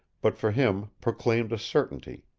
but for him proclaimed a certainty.